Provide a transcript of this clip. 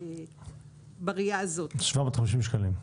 750 שקלים.